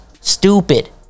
Stupid